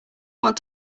want